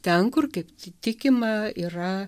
ten kur kaip tikima yra